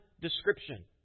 description